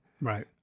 Right